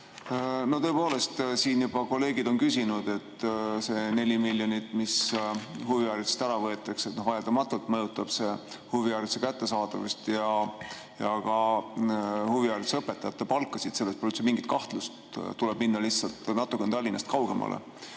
No tõepoolest, siin juba kolleegid on selle kohta küsinud, et see 4 miljonit, mis huvihariduselt ära võetakse, vaieldamatult mõjutab huvihariduse kättesaadavust ja ka huvihariduse õpetajate palkasid. Selles pole mingit kahtlust, tuleb minna lihtsalt natukene Tallinnast kaugemale.